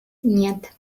нет